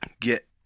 get